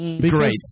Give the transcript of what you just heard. Great